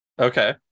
Okay